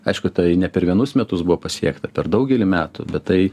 aišku tai ne per vienus metus buvo pasiekta per daugelį metų bet tai